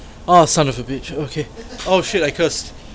oh son of a bitch okay oh shit I cursed